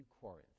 Corinth